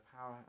power